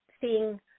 seeing